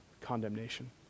condemnation